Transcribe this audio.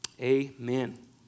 amen